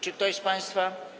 Czy ktoś z państwa.